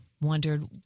wondered